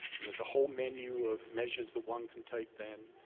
and there's a whole menu of measures that one can take then,